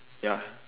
ya